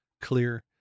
clear